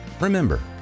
Remember